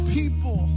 people